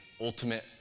ultimate